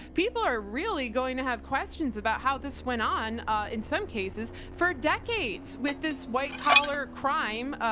people are really going to have questions about how this went on in some cases for decades with this white collar crime,